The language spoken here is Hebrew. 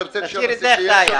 אתה רוצה --- תשאיר את זה איך שהיה.